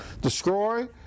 Destroy